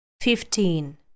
Fifteen